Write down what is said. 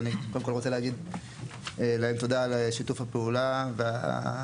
ואני קודם כל רוצה להגיד להם תודה על שיתוף הפעולה והנכונות